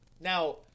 Now